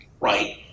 right